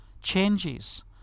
changes